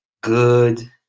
good